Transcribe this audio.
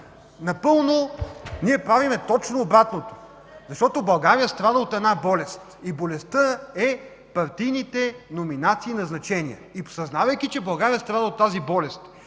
Ние обаче правим точно обратното, защото България страда от една болест и тя е партийните номинации и назначения. Съзнавайки, че България страда от тази болест